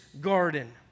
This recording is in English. garden